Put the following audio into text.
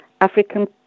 African